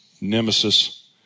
nemesis